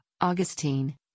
Augustine